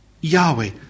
Yahweh